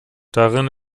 darin